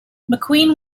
mcqueen